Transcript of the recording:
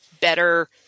better